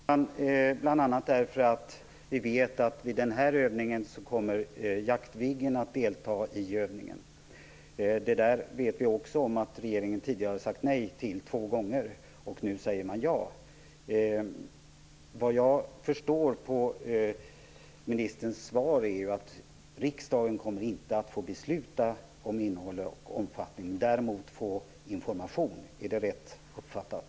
Fru talman! Jag ställde frågan bl.a. därför att vi vet att under denna övning kommer Jaktviggen att delta. Vi vet att regeringen vid två tidigare tillfällen har sagt nej till detta, och nu säger regeringen ja. Vad jag förstår av ministerns svar, kommer riksdagen inte att få besluta om innehåll och omfattning, men däremot få information. Är det rätt uppfattat?